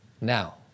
Now